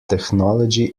technology